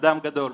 אדם גדול,